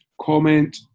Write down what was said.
comment